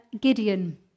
Gideon